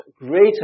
greater